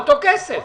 אותו כסף.